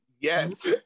Yes